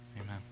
Amen